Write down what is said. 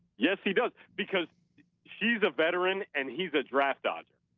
yes, he does because she's a veteran and he's a draft dodger